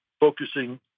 focusing